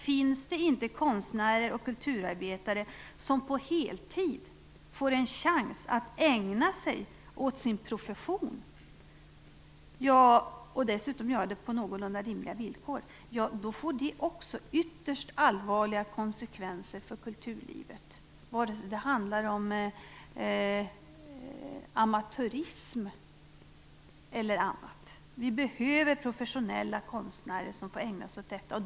Finns det inte konstnärer och kulturarbetare som får en chans att ägna sig åt sin profession på heltid, och dessutom göra det på någorlunda rimliga villkor, får det också ytterst allvarliga konsekvenser för kulturlivet, vare sig det handlar om amatörism eller annat. Vi behöver professionella konstnärer som får ägna sig åt detta.